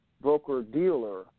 broker-dealer